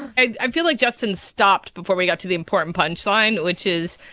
and feel like justin stopped before we got to the important punchline, which is,